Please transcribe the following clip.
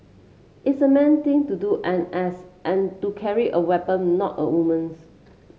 it's a man thing to do N S and to carry a weapon not a woman's